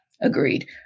agreed